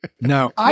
No